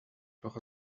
doch